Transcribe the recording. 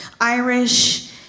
Irish